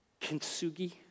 kintsugi